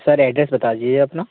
sir address बता दीजिए अपना